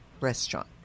restaurant